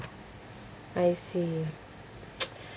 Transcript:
I see